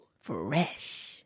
Fresh